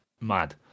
mad